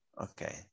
okay